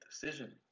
decision